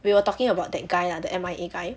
we were talking about that guy ah the M_I_A guy